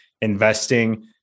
investing